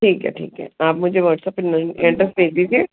ठीक है ठीक है आप मुझे व्हाट्सएप पर एडरस भेज दीजिए